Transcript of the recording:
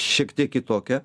šiek tiek kitokią